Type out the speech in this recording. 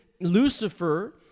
Lucifer